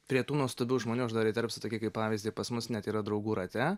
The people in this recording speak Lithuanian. prie tų nuostabių žmonių aš dar įterpsiu tokį kaip pavyzdį pas mus net yra draugų rate